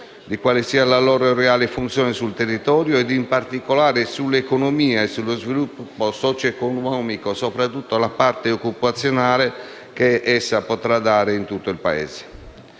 di quale sia la loro reale funzione sul territorio e, in particolare, sull'economia e sullo sviluppo socioeconomico, soprattutto per la parte occupazionale, che essa potrà dare in tutto il Paese.